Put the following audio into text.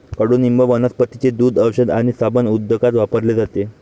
कडुनिंब वनस्पतींचे दूध, औषध आणि साबण उद्योगात वापरले जाते